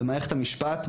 במערכת המשפט,